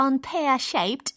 pear-shaped